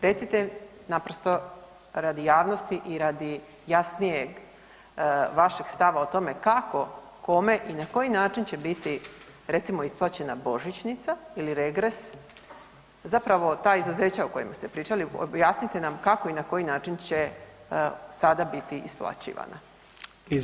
Recite naprosto radi javnosti i radi jasnijeg vašeg stava o tome, kako, kome i na koji način će biti recimo isplaćena božičnica ili regres, zapravo ta izuzeća o kojima ste pričali, objasnite nam kako i na koji način će sada biti isplaćivana.